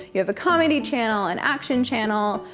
you have a comedy channel, an action channel.